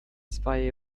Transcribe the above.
zwei